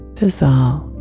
dissolve